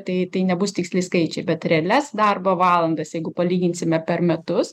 tai tai nebus tiksli skaičiai bet realias darbo valandas jeigu palyginsime per metus